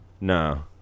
No